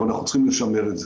אבל אנחנו צריכים לשמר את זה.